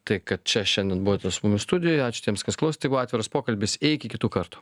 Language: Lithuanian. tai kad čia šiandien buvote su mumis studijoj ačiū tiems kas klausėte tai buvo atviras pokalbis iki kitų kartų